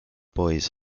boys